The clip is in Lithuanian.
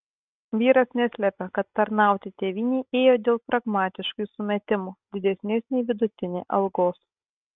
vyras neslepia kad tarnauti tėvynei ėjo dėl pragmatiškų sumetimų didesnės nei vidutinė algos